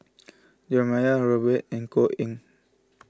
Jeremiah Robert Yeo and Koh Eng Hoon